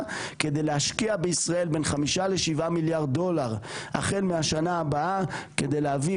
כדי להשקיע בישראל בין 5 ל-7 מיליארד דולר החל מהשנה הבאה כדי להביא